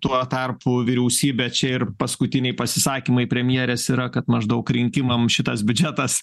tuo tarpu vyriausybė čia ir paskutiniai pasisakymai premjerės yra kad maždaug rinkimam šitas biudžetas